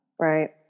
Right